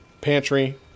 pantry